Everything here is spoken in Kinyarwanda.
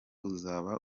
uzaba